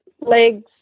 legs